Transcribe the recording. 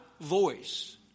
voice